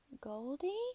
Goldie